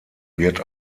wird